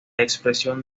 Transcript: expresión